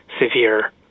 severe